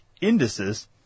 indices